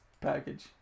package